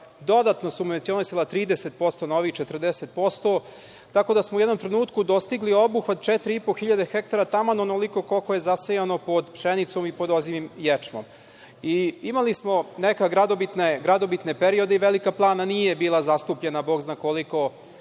dodatno subvencionisala 30% na ovih 40%, tako da smo u jednom trenutku dostigli obuhvat 4.500 hektara, taman onoliko koliko je zasejano pod pšenicom i podozrivim ječmom. Imali smo neke gradobitne periode i Velika Plana nije bila zastupljena bog zna koliko